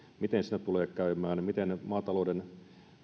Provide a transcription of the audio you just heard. miten siinä tulee käymään miten maatalouden